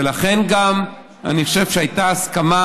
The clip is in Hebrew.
ולכן גם אני חושב שהייתה הסכמה,